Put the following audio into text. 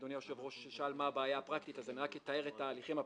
אני אתאר את ההליכים הפרקטיים.